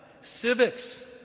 Civics